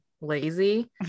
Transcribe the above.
Lazy